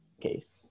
case